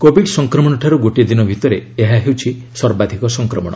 Covid ସଂକ୍ରମଣଠାରୁ ଗୋଟିଏ ଦିନ ଭିତରେ ଏହା ହେଉଛି ସର୍ବାଧିକ ସଂକ୍ମଣ